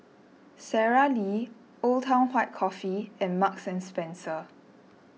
Sara Lee Old Town White Coffee and Marks and Spencer